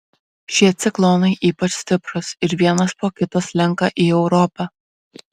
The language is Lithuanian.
šie ciklonai ypač stiprūs ir vienas po kito slenka į europą